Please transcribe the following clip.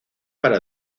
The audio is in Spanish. para